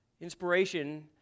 Inspiration